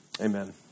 Amen